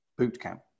bootcamp